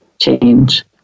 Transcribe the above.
change